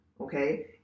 Okay